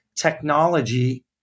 technology